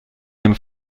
dem